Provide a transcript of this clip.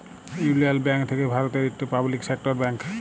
ইউলিয়ল ব্যাংক থ্যাকে ভারতের ইকট পাবলিক সেক্টর ব্যাংক